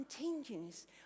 continues